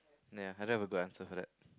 ya I don't have a good answer for that